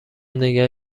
نگه